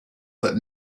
that